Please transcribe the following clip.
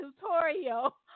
tutorial